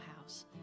house